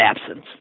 absence